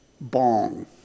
bong